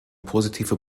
positive